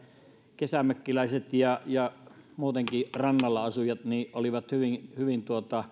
kesämökkiläiset ja ja muutenkin rannalla asujat olivat hyvin hyvin